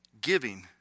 giving